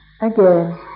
Again